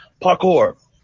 parkour